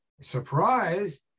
surprise